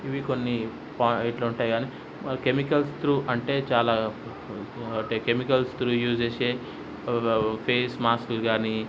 ఇవి కొన్ని పా ఇట్లా ఉంటాయి అని కెమికల్స్ త్రు అంటే చాలా కెమికల్స్ త్రూ యూస్ చేసే ఫేస్ మాస్కులు కాని